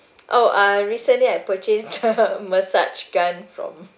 oh uh recently I purchased the massage gun from